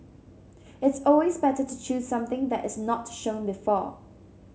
it's always better to choose something that is not shown before